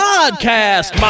Podcast